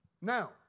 Now